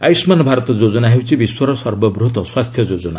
ଆୟୁଷ୍ମାନ ଭାରତ ଯୋଜନା ହେଉଛି ବିଶ୍ୱର ସର୍ବବୃହତ୍ତ ସ୍ୱାସ୍ଥ୍ୟ ଯୋଜନା